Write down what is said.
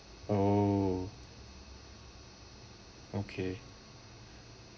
oh okay